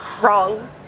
wrong